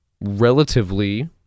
relatively